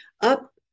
up